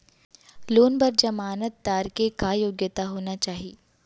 Loan बर जमानतदार के का योग्यता होना चाही?